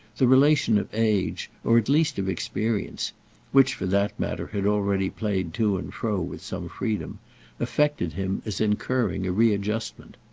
the relation of age, or at least of experience which, for that matter, had already played to and fro with some freedom affected him as incurring a readjustment.